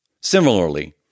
Similarly